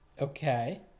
Okay